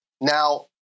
Now